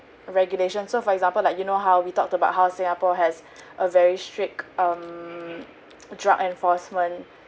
regulation so for example like you know how we talked about how singapore has a very strict um drug enforcement